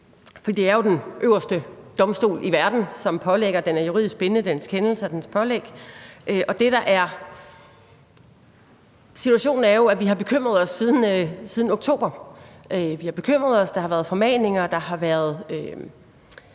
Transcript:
ej. Det er jo den øverste domstol i verden, som pålægger det. Dens kendelser og dens pålæg er juridisk bindende. Situationen er jo, at vi har bekymret os siden oktober. Vi har bekymret os, der har været formaninger, og der har været